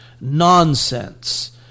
Nonsense